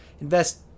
invest